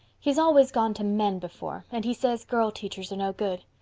he has always gone to men before and he says girl teachers are no good.